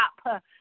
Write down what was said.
stop